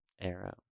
arrow